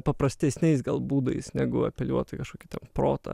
paprastesniais būdais negu apeliuot į kažkokį protą